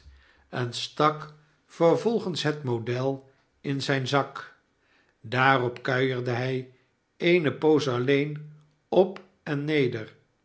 en stak vervolgens het model in zijn zak daarop kuierde hij eene poos alleen op en neder